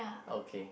okay